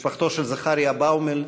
משפחתו של זכריה באומל,